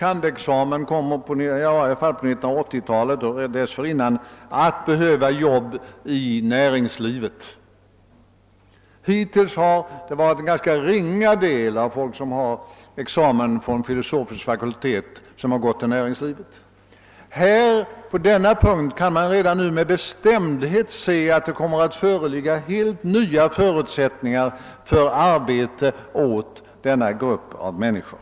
kand.- examen kommer på 1980-talet och dessförinnan att behöva jobb i näringslivet! Hittills har en ganska ringa del av dem som har examen från filosofisk fakultet gått till näringslivet. Man kan redan nu med bestämdhet säga att det här kommer att föreligga helt nya förutsättningar för arbete åt denna grupp av människor.